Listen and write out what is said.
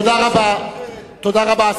תודה רבה.